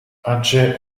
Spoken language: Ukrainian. адже